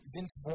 Vince